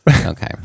Okay